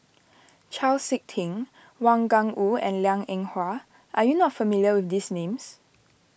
Chau Sik Ting Wang Gungwu and Liang Eng Hwa are you not familiar with these names